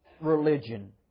religion